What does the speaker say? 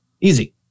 easy